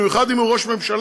במיוחד אם הוא ראש הממשלה.